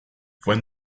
fue